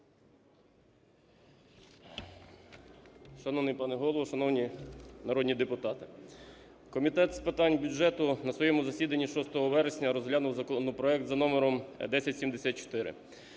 Шановний пане Голово, шановні народні депутати, Комітет з питань бюджету на своєму засіданні 6 вересня розглянув законопроект за номером 1074.